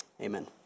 Amen